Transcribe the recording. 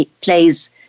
plays